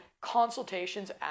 consultations